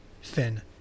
Finn